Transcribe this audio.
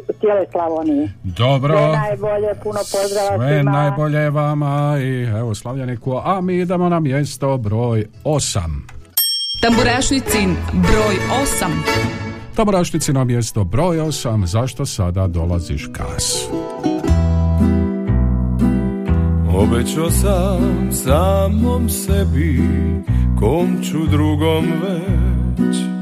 u cijele Slavonije. Dobro. Sve najbolje, puno pozdrava Sve svima. najbolje vama i evo, slavljeniku, a mi idemo na mjesto broj osam. Tamburašnicin broj osam. Tamburašnicino mjesto broj osam, zašto sada dolaziš kas? Obećo sam samom sebi, kom ću drugom već.